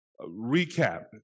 recap